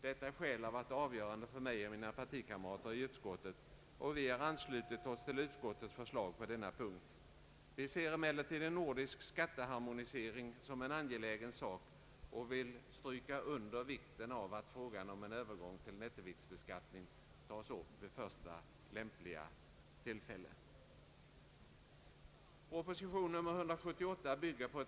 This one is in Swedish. Detta skäl har varit avgörande för mig och mina partikamrater i utskottet, och vi har anslutit oss till utskottets förslag på denna punkt. Vi ser emellertid en nordisk skatteharmonisering som en angelägen sak och vill stryka under angelägenheten av att frågan om en övergång till nettoviktsbeskattning tages upp vid första lämpliga tillfälle.